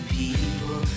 people